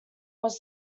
was